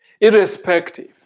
irrespective